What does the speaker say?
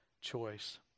choice